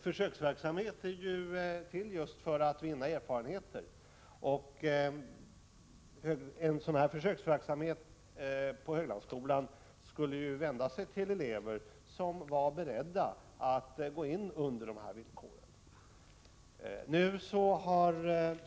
Försöksverksamheter är ju till just för att man skall vinna erfarenheter, och försöksverksamheten på Höglandsskolan skulle vända sig till elever som är beredda att gå in under dessa villkor.